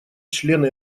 члены